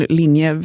linje